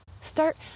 Start